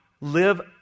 live